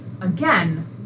again